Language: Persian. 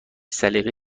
سلیقه